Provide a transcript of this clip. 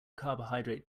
carbohydrate